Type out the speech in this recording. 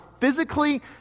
physically